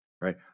Right